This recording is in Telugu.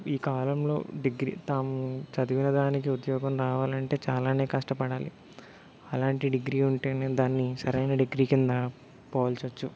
ఈ కాలంలో డిగ్రీ తాము చదివిన దానికి ఉద్యోగం రావాలంటే చాలానే కష్టపడాలి అలాంటి డిగ్రీ ఉంటేనే దాన్ని సరైన డిగ్రీ కింద పోల్చచ్చు